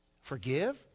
Forgive